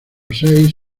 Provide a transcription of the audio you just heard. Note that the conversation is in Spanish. seis